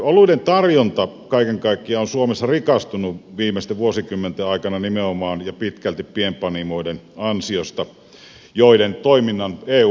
oluiden tarjonta kaiken kaikkiaan on suomessa rikastunut viimeisten vuosikymmenten aikana nimenomaan ja pitkälti pienpanimoiden ansiosta joiden toiminnan eu mahdollisti